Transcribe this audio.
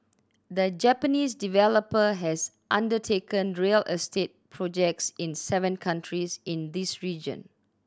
the Japanese developer has undertaken real estate projects in seven countries in this region